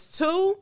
two